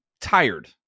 tired